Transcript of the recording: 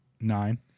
Nine